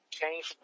change